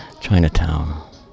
Chinatown